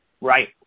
Right